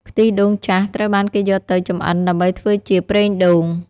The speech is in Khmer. ខ្ទិះដូងចាស់ត្រូវបានគេយកទៅចម្អិនដើម្បីធ្វើជា ប្រេងដូង។